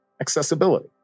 Accessibility